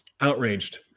Outraged